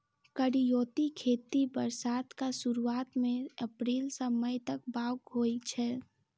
करियौती खेती बरसातक सुरुआत मे अप्रैल सँ मई तक बाउग होइ छै